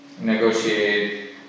negotiate